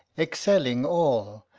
excelling all,